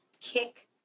kick